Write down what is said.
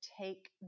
take